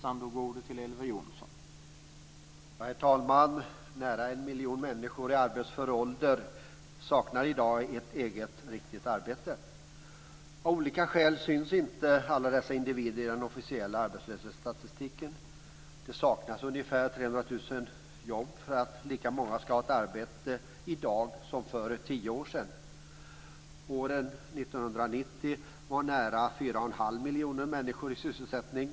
Herr talman! Nära 1 miljon människor i arbetsför ålder saknar i dag ett eget riktigt arbete. Av olika skäl syns inte alla dessa individer i den officiella arbetslöshetsstatistiken. Det saknas ungefär 300 000 jobb för att lika många ska ha ett arbete i dag som för tio år sedan. År 1990 var nära 4,5 miljoner människor i sysselsättning.